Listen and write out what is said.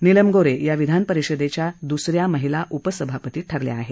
Neelam Gorhe या विधानपरिषदेच्या दुसऱ्या महिला उपसभापती ठरल्या आहेत